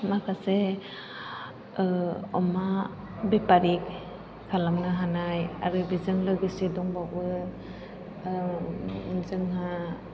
माखासे अमा बेफारि खालामनो हानाय आरो बेजों लोगोसे दंबावो जोंहा